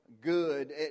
good